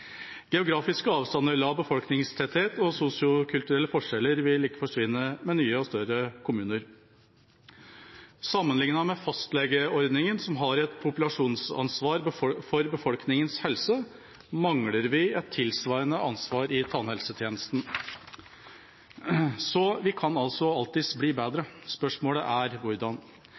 forsvinne med nye og større kommuner. Sammenliknet med fastlegeordningen, som har et populasjonsansvar for befolkningens helse, mangler vi et tilsvarende ansvar i tannhelsetjenesten. Så vi kan alltids bli